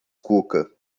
cuca